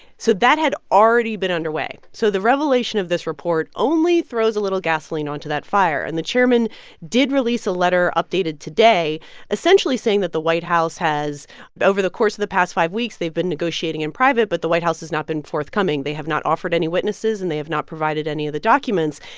so that had already been underway. so the revelation of this report only throws a little gasoline onto that fire and the chairman did release a letter updated today essentially saying that the white house has but over the course of the past five weeks, they've been negotiating in private. but the white house has not been forthcoming. they have not offered any witnesses, and they have not provided any of the documents.